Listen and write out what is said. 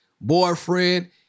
boyfriend